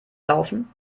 laufen